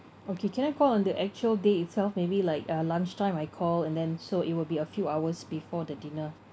okay can I call on the actual day itself maybe like uh lunchtime I call and then so it will be a few hours before the dinner